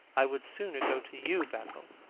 i would sooner go to you, basil.